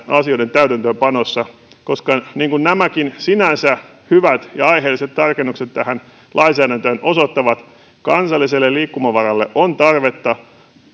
asioiden täytäntöönpanossa koska niin kuin nämäkin sinänsä hyvät ja aiheelliset tarkennukset tähän lainsäädäntöön osoittavat kansalliselle liikkumavaralle on tarvetta